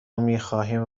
میخواهیم